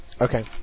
okay